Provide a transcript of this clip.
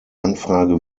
anfrage